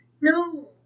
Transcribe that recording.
no